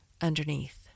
underneath